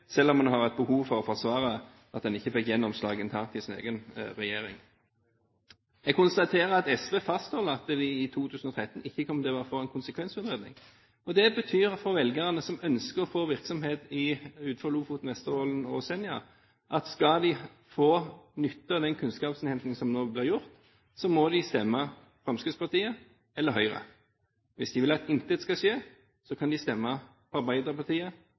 selv om man har et behov for å forsvare at en ikke fikk gjennomslag internt i sin egen regjering. Jeg konstaterer at SV fastholder at de i 2013 ikke kommer til å være for en konsekvensutredning. Det betyr for velgerne som ønsker å få virksomhet utenfor Lofoten, Vesterålen og Senja, at skal vi få nytte den kunnskapsinnhentingen som nå blir gjort, må de stemme på Fremskrittspartiet eller Høyre. Hvis de vil at intet skal skje, kan de stemme på Arbeiderpartiet